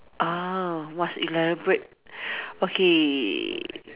ah must elaborate okay